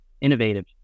innovative